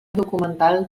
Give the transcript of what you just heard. documental